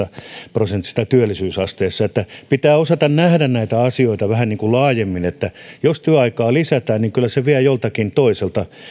prosentin työllisyysasteesta pitää osata nähdä näitä asioita vähän laajemmin jos työaikaa lisätään niin kyllä se vie joltakin toiselta